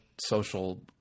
social